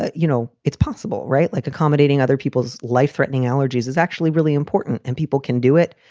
ah you know, it's possible. right. like accommodating other people's life threatening allergies is actually really important. and people can do it.